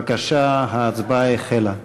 בבקשה, ההצבעה החלה.